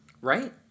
Right